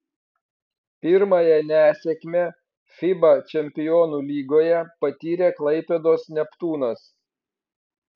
pirmąją nesėkmę fiba čempionų lygoje patyrė klaipėdos neptūnas